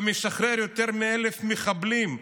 ומשחרר יותר מ-1,000 מחבלים,